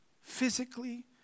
physically